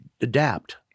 adapt